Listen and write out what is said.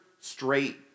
straight